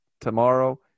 tomorrow